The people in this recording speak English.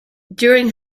during